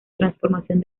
transformación